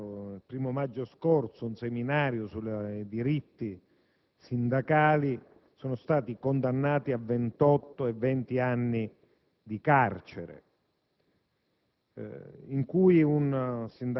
semplicemente per avere organizzato il 1° maggio scorso un seminario sui diritti sindacali, sono stati condannati a 28 e 20 anni di carcere,